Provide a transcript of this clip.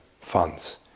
funds